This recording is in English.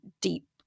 deep